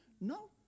No